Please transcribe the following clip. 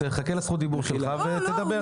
תחכה לזכות הדיבור שלך ותדבר.